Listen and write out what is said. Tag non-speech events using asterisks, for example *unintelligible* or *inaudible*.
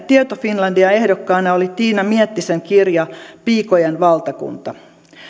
*unintelligible* tieto finlandia ehdokkaana oli tiina miettisen kirja piikojen valtakunta